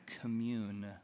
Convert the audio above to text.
commune